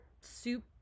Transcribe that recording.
soup